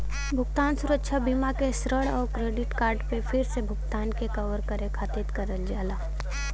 भुगतान सुरक्षा बीमा के ऋण आउर क्रेडिट कार्ड पे फिर से भुगतान के कवर करे खातिर करल जाला